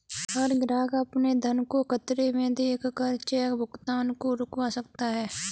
हर ग्राहक अपने धन को खतरे में देख कर चेक भुगतान को रुकवा सकता है